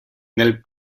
nel